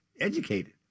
educated